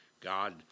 God